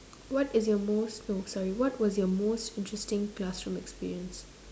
what is your most no sorry what was your most interesting classroom experience